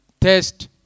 test